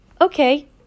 okay